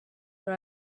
but